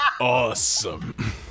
awesome